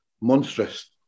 monstrous